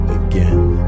again